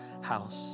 house